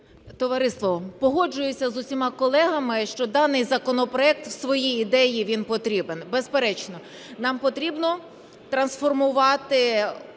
Товариство, погоджуюся з усіма колегами, що даний законопроект в своїй ідеї він потрібен, безперечно. Нам потрібно трансформувати